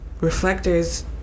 reflectors